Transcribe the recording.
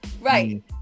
right